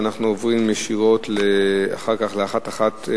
שים לב שאנחנו עוברים ישירות לשאילתא 1182,